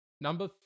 Number